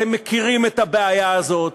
אתם מכירים את הבעיה הזאת,